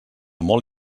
molt